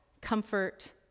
comfort